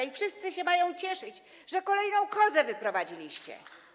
I wszyscy się mają cieszyć, że kolejną kozę wyprowadziliście.